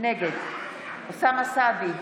נגד אוסאמה סעדי,